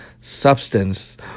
substance